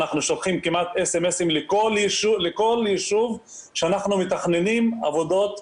אנחנו שולחיםSMS לכל ישוב כשאנחנו מתכננים עבודות.